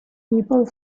people